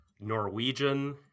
Norwegian